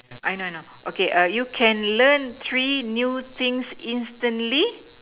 I know I know okay you can learn three new things instantly